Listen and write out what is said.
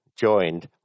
joined